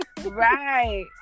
Right